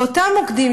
באותם מוקדים,